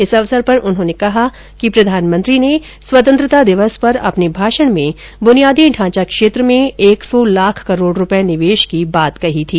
इस अवसर पर उन्होंने कहा कि प्रधानमंत्री ने स्वतंत्रता दिवस पर अपने भाषण में बुनियादी ढांचा क्षेत्र में एक सौ लाख करोड़ रुपये निवेश की बात कही थी